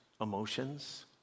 Emotions